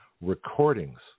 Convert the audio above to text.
recordings